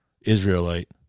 Israelite